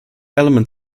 element